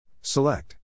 Select